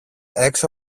έξω